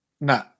No